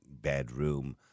bedroom